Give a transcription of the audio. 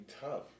tough